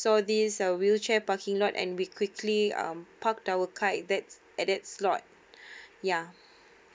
saw this uh wheelchair parking lot and we quickly um parked our car at that at that slot ya